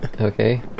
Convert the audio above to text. Okay